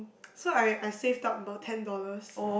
so I I saved up about ten dollars